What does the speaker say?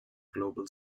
global